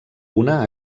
una